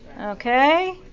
Okay